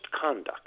conduct